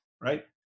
right